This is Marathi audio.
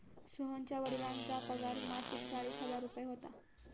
सोहनच्या वडिलांचा पगार मासिक चाळीस हजार रुपये होता